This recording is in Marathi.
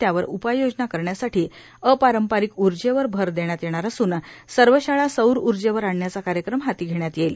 त्यावर उपाययोजना करण्यासाठी अपारंपरिक ऊर्जेवर भर देण्यात येणार असुन सर्व शाळा सौर ऊर्जेवर आणण्याचा कार्यक्रम हाती घेण्यात येईल